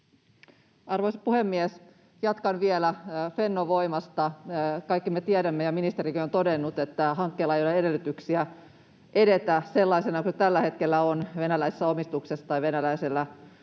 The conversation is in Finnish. Arvoisa puhemies! Jatkan vielä Fennovoimasta. Kaikki me tiedämme ja ministerikin on todennut, että hankkeella ei ole edellytyksiä edetä sellaisena kuin se tällä hetkellä on, venäläisessä omistuksessa tai venäläisellä